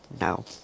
no